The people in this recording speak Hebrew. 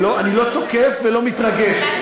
אני לא תוקף ולא מתרגש.